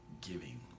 giving